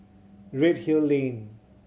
Redhill Lane